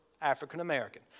African-American